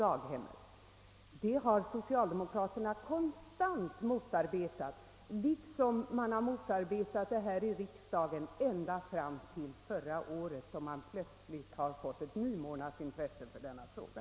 Men det kravet har socialde mokraterna konstant motarbetat, liksom de har motarbetat saken här i riksdagen ända fram till förra året, då de plötsligt har fått ett nymornat intresse för denna fråga.